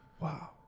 Wow